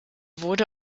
wurde